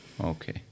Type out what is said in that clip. Okay